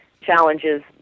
challenges